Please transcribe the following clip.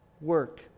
work